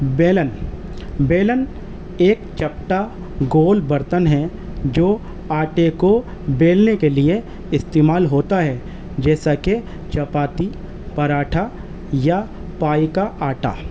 بیلن بیلن ایک چپٹا گول برتن ہیں جو آٹے کو بیلنے کے لیے استعمال ہوتا ہے جیسا کہ چپاتی پراٹھا یا پائے کا آٹا